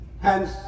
Hence